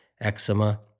eczema